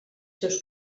seus